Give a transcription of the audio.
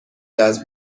جذب